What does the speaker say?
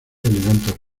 elegantes